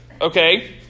Okay